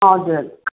हजुर